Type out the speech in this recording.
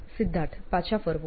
સિદ્ધાર્થ પાછા ફરવું